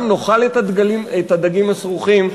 גם נאכל את הדגים הסרוחים,